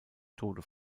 tode